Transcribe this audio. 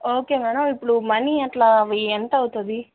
okay madam అవిప్పుడు money అలా అవి ఎంత అవుతుంది